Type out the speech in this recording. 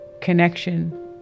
connection